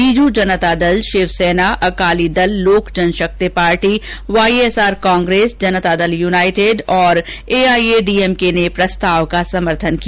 Biju Janata Dal Shivsena Akali Dal Lok Janshakti party Y S R Congress Janata Dal united और AIA DMK ने प्रस्ताव का समर्थन किया